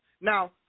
Now